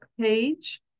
page